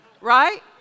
right